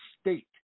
state